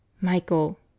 Michael